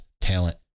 talent